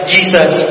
Jesus